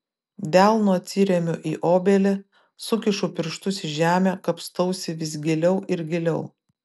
delnu atsiremiu į obelį sukišu pirštus į žemę kapstausi vis giliau ir giliau